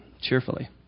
cheerfully